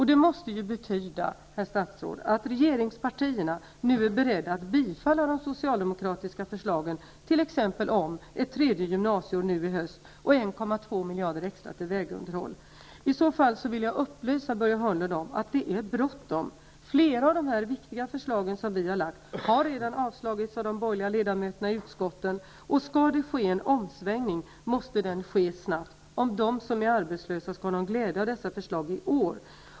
Det måste betyda, herr statsråd, att regeringspartierna nu är beredda att bifalla de socialdemokratiska förslagen om t.ex. ett tredje gymnasieår nu i höst och 1,2 miljarder extra till vägunderhåll. I så fall vill jag upplysa Börje Hörnlund om att det är bråttom. Flera av de viktiga förslag vi har lagt fram har redan avslagits av de borgerliga ledamöterna i utskotten. Om det skall ske en omsvängning, måste den ske snabbt, om de som är arbetslösa skall ha någon glädje av dessa förslag i år.